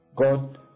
God